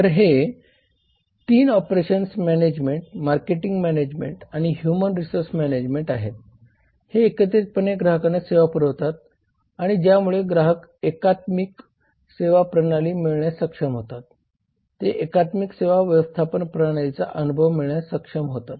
तर हे 3 operations management marketing management आणि ह्युमन रिसोर्स मॅनेजमेंट आहेत हे एकत्रितपणे ग्राहकांना सेवा पुरवतात आणि ज्यामुळे ग्राहक एकात्मिक सेवा प्रणाली मिळण्यास सक्षम होतात ते एकात्मिक सेवा व्यवस्थापन प्रणालीचा अनुभव मिळण्यास सक्षम होतात